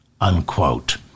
unquote